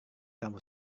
kamu